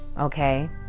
okay